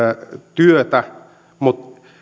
työtä mutta